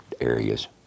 areas